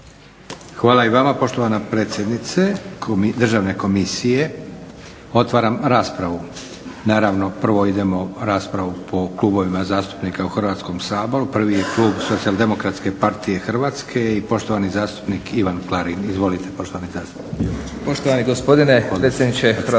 Hvala i vama poštovana predsjednice Državne komisije. Otvaram raspravu. Naravno, prvo idemo raspravu po klubovima zastupnika u Hrvatskome saboru. Prvi je Klub socijaldemokratske partije Hrvatske i poštovani zastupnik Ivan Klarin. Izvolite poštovani zastupniče.